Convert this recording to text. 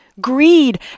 Greed